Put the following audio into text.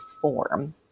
form